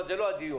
אבל זה לא הדיון.